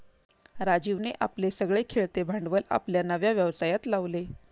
राजीवने आपले सगळे खेळते भांडवल आपल्या नव्या व्यवसायात लावले